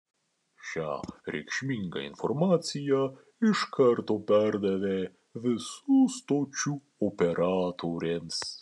šią reikšmingą informaciją iš karto perdavė visų stočių operatoriams